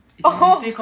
oh